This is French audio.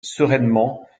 sereinement